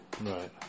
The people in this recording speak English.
Right